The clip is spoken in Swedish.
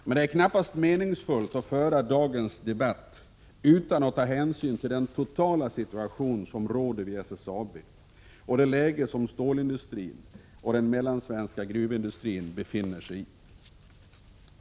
Men det är knappast meningsfullt att föra dagens debatt utan att ta hänsyn till den totala situation som råder vid SSAB och det läge som stålindustrin och den mellansvenska gruvindustrin befinner sig i.